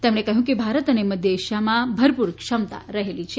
તેમણે કહ્યુંકે ભારત અને મધ્ય એશીયામાં ભરપૂર ક્ષમતા રહેલી છે